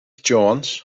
jones